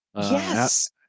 Yes